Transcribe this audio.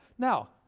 now,